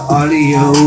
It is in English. audio